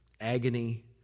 Agony